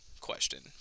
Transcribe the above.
question